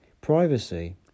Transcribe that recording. Privacy